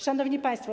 Szanowni Państwo!